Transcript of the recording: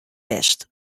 west